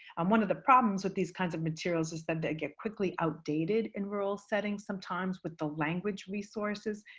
um one of the problems with these kinds of materials is that they get quickly outdated in rural setting sometimes with the language resources.